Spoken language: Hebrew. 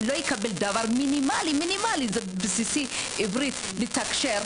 אם הוא לא מקבל דבר מינימלי ובסיסי כמו עברית כדי לתקשר.